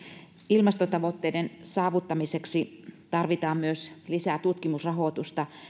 ilmastotavoitteiden saavuttamiseksi tarvitaan myös lisää tutkimusrahoitusta